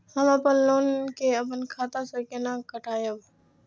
हम अपन लोन के अपन खाता से केना कटायब?